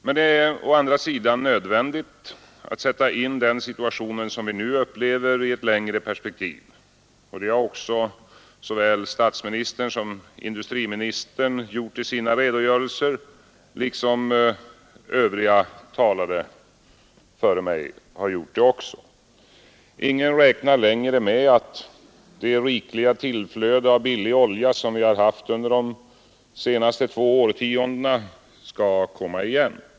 Men det är å andra sidan nödvändigt att sätta in den situation som vi nu upplever i ett längre perspektiv. Det har också såväl statsministern som industriministern gjort i sina redogörelser, liksom flera talare före mig har gjort det. Ingen räknar längre med att det rikliga tillflöde av billig olja som vi har haft under de senaste två årtiondena skall komma igen.